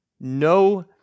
no